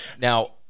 Now